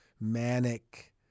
manic